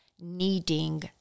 needing